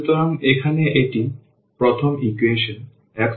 সুতরাং এখানে এটি প্রথম ইকুয়েশন x2y4